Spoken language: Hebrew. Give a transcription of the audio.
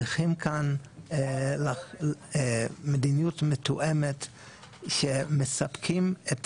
צריכים כאן מדיניות מתואמת שמספקים את